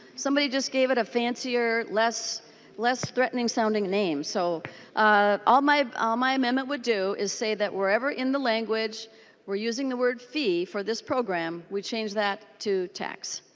somebody just gave it a fancier less less threatening sounding name. so ah on my ah my amendment would do is say that wherever in the language we are using the word fee for this program we change that to tax.